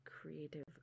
creative